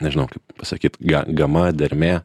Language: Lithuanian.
nežinau kaip pasakyt ga gama dermė